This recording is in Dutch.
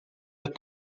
het